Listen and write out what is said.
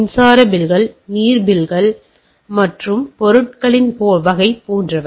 மின்சார பில்கள் மற்றும் நீர் பில்கள் மற்றும் பொருட்களின் வகை போன்றவை